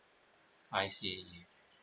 I see